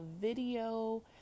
video